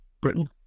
Britain